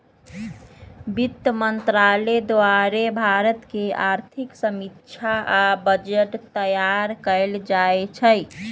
वित्त मंत्रालय द्वारे भारत के आर्थिक समीक्षा आ बजट तइयार कएल जाइ छइ